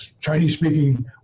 Chinese-speaking